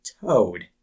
Toad